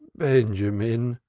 benjamin,